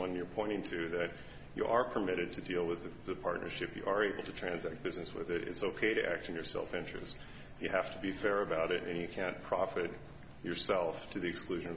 one you're pointing to that you are permitted to deal with the partnership you are able to transact business with it's ok to actually your self interest you have to be fair about it and you can't profit yourself to the exclusion